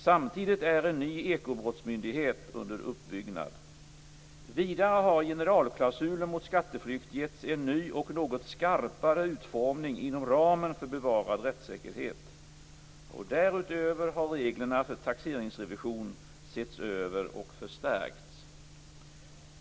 Samtidigt är en ny ekobrottsmyndighet under uppbyggnad. Vidare har generalklausulen mot skatteflykt getts en ny och något skarpare utformning inom ramen för bevarad rättssäkerhet, och därutöver har reglerna för taxeringsrevision setts över och förstärkts.